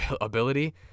ability